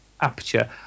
aperture